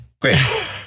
great